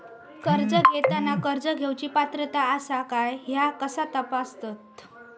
कर्ज घेताना कर्ज घेवची पात्रता आसा काय ह्या कसा तपासतात?